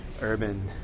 urban